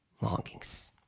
longings